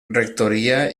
rectoria